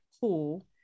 cool